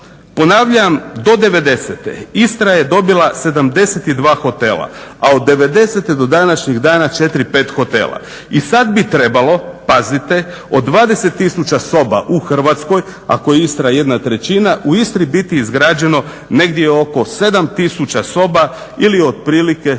Ponavljam, do devedesete Istra je dobila 72 hotela, a od devedesete do današnjih dana 4, 5 hotela. I sada bi trebalo pazite, od 20 tisuća soba u Hrvatskoj, ako je Istra 1/3 u Istri biti izgrađeno negdje oko 7 tisuća soba ili otprilike 50